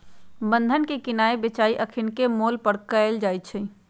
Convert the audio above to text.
बन्धन के किनाइ बेचाई अखनीके मोल पर कएल जाइ छइ